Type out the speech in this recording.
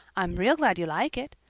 i'm real glad you like it.